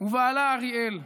ובעלה אריאל.